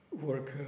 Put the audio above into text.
work